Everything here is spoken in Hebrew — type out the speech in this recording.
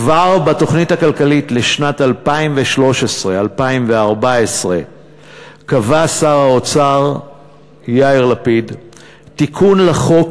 כבר בתוכנית הכלכלית ל-2013 2014 קבע שר האוצר יאיר לפיד תיקון לחוק